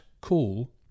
call